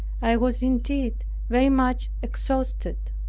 i was indeed very much exhausted.